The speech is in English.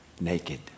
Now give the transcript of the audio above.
naked